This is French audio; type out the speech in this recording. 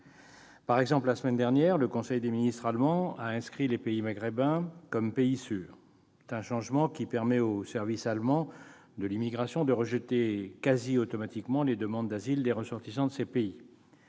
Par exemple, la semaine dernière, le conseil des ministres allemand a inscrit les pays maghrébins sur la liste des pays « sûrs ». Ce changement permet aux services allemands de l'immigration de rejeter presque automatiquement les demandes d'asile des ressortissants de ces pays.